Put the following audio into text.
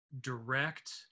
direct